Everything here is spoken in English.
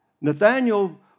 Nathaniel